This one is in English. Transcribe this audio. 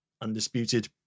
Undisputed